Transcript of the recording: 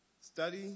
Study